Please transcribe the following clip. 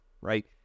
Right